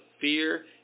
fear